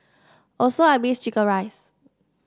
also I miss chicken rice